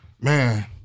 Man